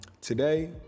Today